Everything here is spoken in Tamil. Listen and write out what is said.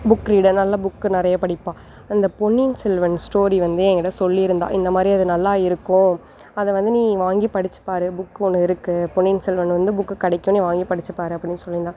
புக் ரீடர் நல்ல புக் நிறைய படிப்பா அந்த பொன்னியின் செல்வன் ஸ்டோரி வந்து என் கிட்ட சொல்லி இருந்தால் இந்த மாதிரி அது நல்லா இருக்கும் அதை வந்து நீ வாங்கி படிச்சு பார் புக் ஒன்று இருக்கு பொன்னியின் செல்வன் வந்து புக் கிடைக்கும் நீ வாங்கி படிச்சு பார் அப்படின்னு சொல்லி இருந்தால்